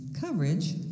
coverage